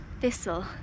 Thistle